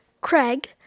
Craig